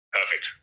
perfect